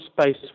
space